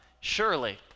Surely